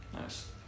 Nice